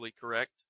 correct